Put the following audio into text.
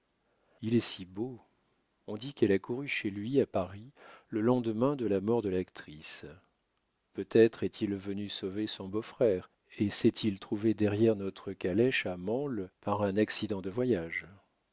il est si beau on dit qu'elle a couru chez lui à paris le lendemain de la mort de l'actrice peut-être est-il venu sauver son beau-frère et s'est-il trouvé derrière notre calèche à mansle par un accident de voyage